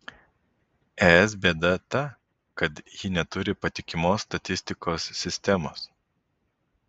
es bėda ta kad ji neturi patikimos statistikos sistemos